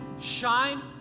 shine